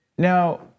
Now